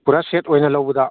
ꯄꯨꯔꯥ ꯁꯦꯠ ꯑꯣꯏꯅ ꯂꯧꯕꯗ